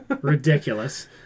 ridiculous